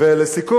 לסיכום,